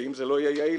שאם זה לא יהיה יעיל,